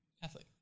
Catholic